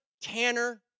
tanner